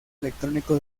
electrónico